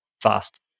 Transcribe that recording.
fast